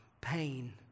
pain